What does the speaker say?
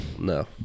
No